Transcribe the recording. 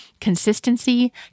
Consistency